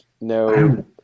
no